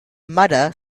mother